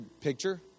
picture